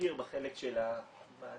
מכיר בחלק של המענק